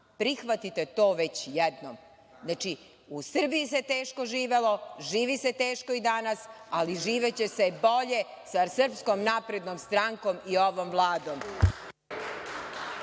Prihvatite to već jednom. Znači, u Srbiji se teško živelo, živi se teško i danas, ali živeće se bolje sa Srpskom naprednom strankom i ovom Vladom.